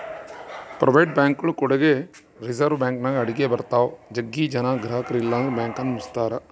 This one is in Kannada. ಪ್ರೈವೇಟ್ ಬ್ಯಾಂಕ್ಗಳು ಕೂಡಗೆ ರಿಸೆರ್ವೆ ಬ್ಯಾಂಕಿನ ಅಡಿಗ ಬರುತ್ತವ, ಜಗ್ಗಿ ಜನ ಗ್ರಹಕರು ಇಲ್ಲಂದ್ರ ಬ್ಯಾಂಕನ್ನ ಮುಚ್ಚುತ್ತಾರ